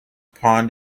pond